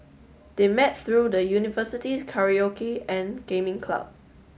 they met through the university's karaoke and gaming club